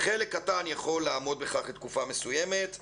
חלק קטן יכול לעמוד בכך לתקופה מסוימת,